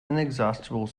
inexhaustible